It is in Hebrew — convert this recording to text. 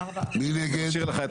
מי נגד?